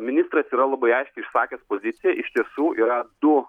ministras yra labai aiškiai išsakęs poziciją iš tiesų yra du